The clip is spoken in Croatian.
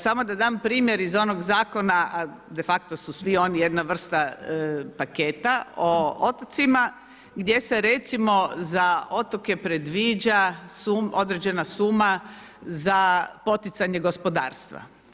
Samo da dam primjer iz onog Zakona, a de facto su svi oni jedna vrsta paketa o otocima, gdje se recimo za otoke predviđa određena suma za poticanje gospodarstva.